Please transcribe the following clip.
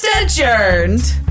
adjourned